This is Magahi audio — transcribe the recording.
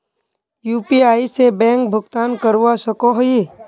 यु.पी.आई से बैंक भुगतान करवा सकोहो ही?